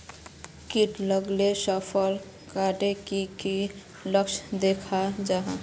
किट लगाले फसल डात की की लक्षण दखा जहा?